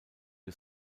you